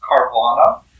Carvana